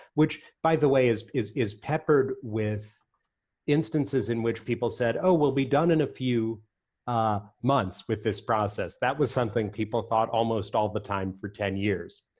which by the way, is is peppered with instances in which people said, oh we'll be done in a few months with this process. that was something people thought almost all the time for ten years.